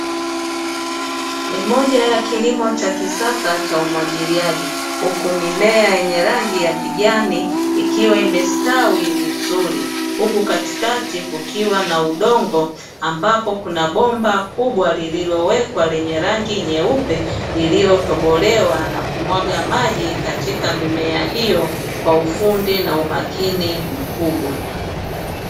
Ni moja ya kilimo cha kisasa cha umwagiliaji, huku mimea yenye rangi ya kijani ikiwa imestawi vizuri, huku katikati kukiwa na udongo ambapo kuna bomba kubwa lililowekwa lenye rangi nyeupe; lililotobolewa na kumwaga maji katika mimea hiyo kwa ufundi na umakini mkubwa.